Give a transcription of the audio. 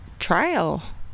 trial